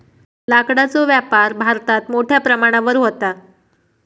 लाकडाचो व्यापार भारतात मोठ्या प्रमाणावर व्हता